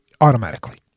automatically